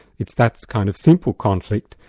it's that kind of simple conflict,